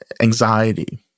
anxiety